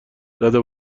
زدو